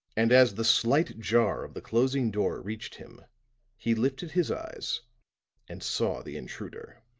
and as the slight jar of the closing door reached him he lifted his eyes and saw the intruder.